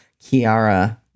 Kiara